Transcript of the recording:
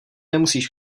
nemusíš